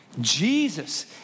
Jesus